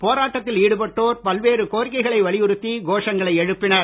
போராட்டத்தில் ஈடுபட்டோர் பல்வேறு கோரிக்கைகளை வலியுறுத்தி கோஷங்களை எழுப்பினர்